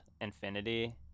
Infinity